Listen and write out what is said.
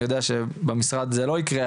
אני יודע שבמשרד זה לא יקרה,